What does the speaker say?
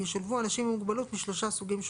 ישולבו אנשים עם מוגבלות משלושה סוגים שונים,